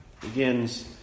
begins